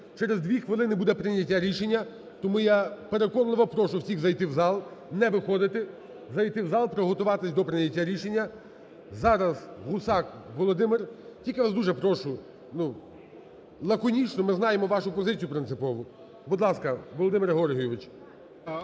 через дві хвилини буде прийняття рішення. Тому я переконливо прошу всіх зайти в зал, не виходити, зайти в зал, приготуватись до прийняття рішення. Зараз Гусак Володимир. Тільки вас дуже прошу, лаконічно, ми знаємо вашу позицію принципову. Будь ласка, Володимир Георгійович.